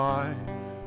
life